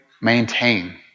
maintain